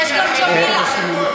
אבל השיר נפלא.